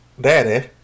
daddy